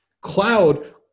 cloud